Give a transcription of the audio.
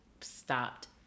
stopped